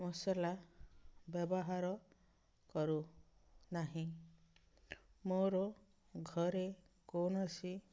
ମସଲା ବ୍ୟବହାର କରୁ ନାହିଁ ମୋର ଘରେ କୌଣସି